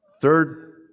Third